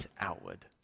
outward